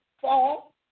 fall